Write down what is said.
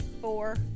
four